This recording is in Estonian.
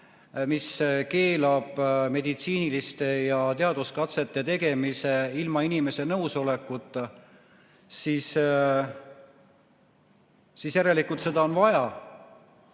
mis keelab meditsiiniliste ja teaduskatsete tegemise ilma inimese nõusolekuta, siis järelikult seda on vaja.